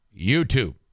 YouTube